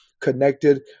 connected